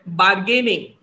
bargaining